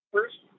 first